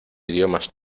idiomas